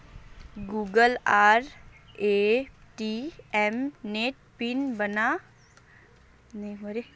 Google Pay आर ATM नेर PIN बन वात बहुत प्रक्रिया बिल्कुल अलग छे